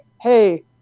Hey